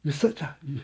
you search ah you